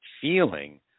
feeling